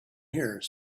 here